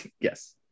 yes